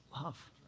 love